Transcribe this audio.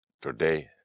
today